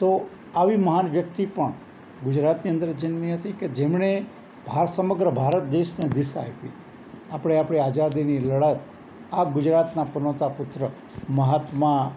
તો આવી મહાન વ્યક્તિ પણ ગુજરાતની અંદર જન્મી હતી કે જેમણે સમગ્ર ભારત દેશને દિશા આયપી આપણે આપણી આઝાદીની લડત આ ગુજરાતના પનોતા પુત્ર મહાત્મા